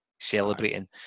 Celebrating